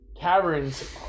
caverns